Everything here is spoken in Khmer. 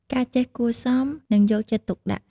ការចេះគួរសមនិងយកចិត្តទុកដាក់។